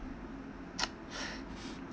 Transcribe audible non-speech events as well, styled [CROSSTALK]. [NOISE]